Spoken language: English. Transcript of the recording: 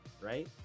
Right